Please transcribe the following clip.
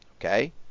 Okay